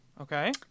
Okay